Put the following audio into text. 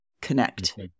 connect